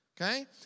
okay